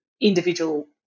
individual